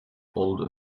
oldu